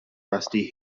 rusty